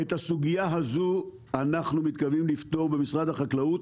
את הסוגיה הזו אנחנו מתכוונים לפתור במשרד החקלאות,